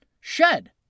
shed